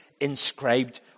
inscribed